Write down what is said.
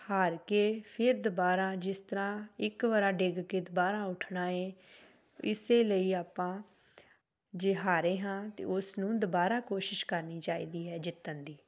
ਹਾਰ ਕੇ ਫਿਰ ਦੁਬਾਰਾ ਜਿਸ ਤਰ੍ਹਾਂ ਇੱਕ ਵਾਰਾ ਡਿੱਗ ਕੇ ਦੁਬਾਰਾ ਉੱਠਣਾ ਏ ਇਸੇ ਲਈ ਆਪਾਂ ਜੇ ਹਾਰੇ ਹਾਂ ਅਤੇ ਉਸ ਨੂੰ ਦੁਬਾਰਾ ਕੋਸ਼ਿਸ਼ ਕਰਨੀ ਚਾਹੀਦੀ ਹੈ ਜਿੱਤਣ ਦੀ